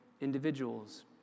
individuals